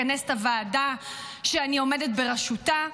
לכנס את הוועדה שאני עומדת בראשותה,